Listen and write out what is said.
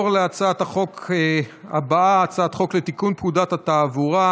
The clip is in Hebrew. אני קובע כי הצעת החוק אושרה בקריאה טרומית